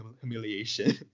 humiliation